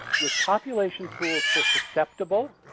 with population pools for susceptible,